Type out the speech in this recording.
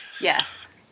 Yes